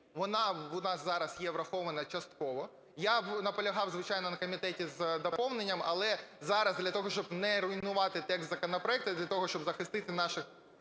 Вона у нас зараз є врахована частково. Я наполягав, звичайно, на комітеті – з доповненням, але зараз для того, щоб не руйнувати текст законопроекту, і для того, щоб захистити наші